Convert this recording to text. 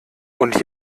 und